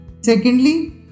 Secondly